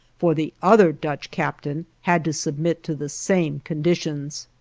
for the other dutch captain had to submit to the same conditions.